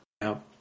Now